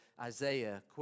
Isaiah